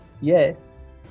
Yes